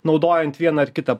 naudojant vieną ar kitą